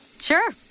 Sure